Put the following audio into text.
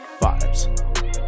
Vibes